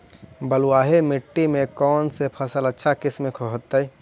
बलुआही मिट्टी में कौन से फसल अच्छा किस्म के होतै?